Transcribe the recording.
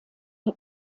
der